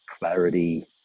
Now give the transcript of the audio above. clarity